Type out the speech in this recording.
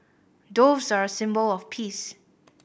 doves are a symbol of peace